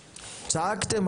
צעקתם,